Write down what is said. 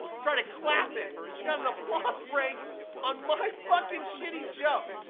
started clapping. she got an applause break on my fucking shitty joke.